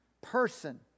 person